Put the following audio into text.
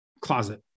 closet